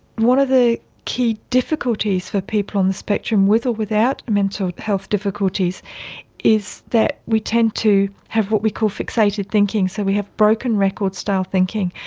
one of the key difficulties for people on the spectrum with or without mental health difficulties is that we tend to have what we call fixated thinking, so we have broken record style thinking.